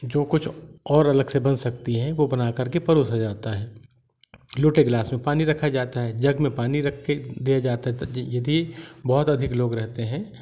जो कुछ और अलग से बन सकती है वो बना कर के परोसा जाता है लोटे गिलास में पानी रखा जाता है जग में पानी रख के दिया जाता है यदि बहुत अधिक लोग रहते हैं